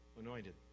anointed